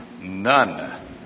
None